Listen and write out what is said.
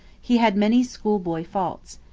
he had many schoolboy faults.